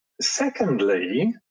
Secondly